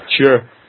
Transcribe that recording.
Sure